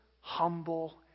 humble